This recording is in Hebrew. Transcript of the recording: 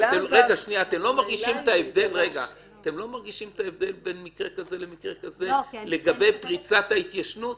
אתם לא מרגישים את ההבדל בין מקרה כזה למקרה כזה לגבי פריצת ההתיישנות?